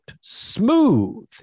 smooth